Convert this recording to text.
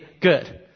good